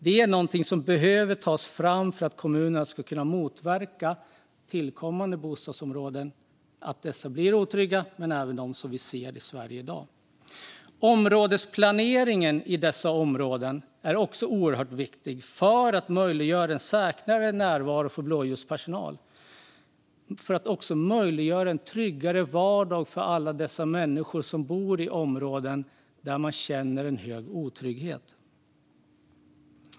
Det är någonting som behöver tas fram för att kommunerna ska kunna motverka att tillkommande bostadsområden och även de som finns i Sverige i dag blir otrygga. Områdesplaneringen i dessa områden är oerhört viktig för att möjliggöra en säkrare närvaro för blåljuspersonal. Det ska också möjliggöra en tryggare vardag för alla dessa människor som bor i områden där man känner en hög otrygghet.